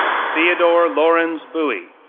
theodore lawrence bowie,